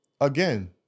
again